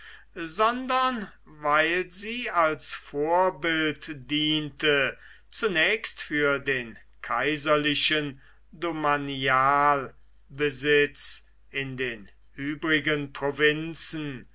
sondern weil sie als vorbild diente zunächst für den kaiserlichen domanialbesitz in den übrigen provinzen